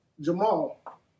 Jamal